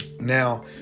now